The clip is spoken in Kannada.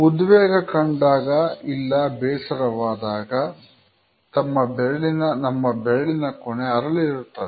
ಉದ್ವೇಗ ಕಂಡಾಗ ಇಲ್ಲ ಬೇಸರವಾದಾಗ ನಮ್ಮ ಬೆರಳಿನ ಕೊನೆ ಅರಳಿರುತ್ತದೆ